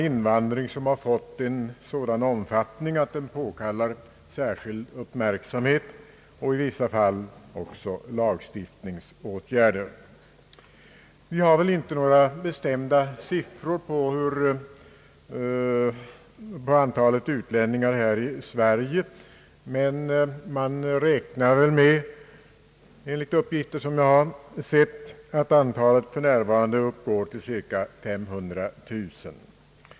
Invandringen har fått en sådan omfattning att den påkallar särskild uppmärksamhet, i vissa fall lagstiftningsåtgärder. Det torde inte finnas några bestämda siffror på antalet utlänningar i Sverige, men enligt uppgifter som jag har sett räknar man med att antalet för närvarande uppgår till cirka 500 000.